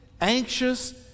anxious